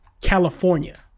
California